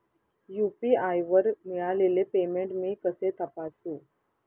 UPI वर मिळालेले payment मी कसे तपासू?